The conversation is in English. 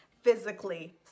physically